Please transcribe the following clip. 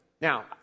Now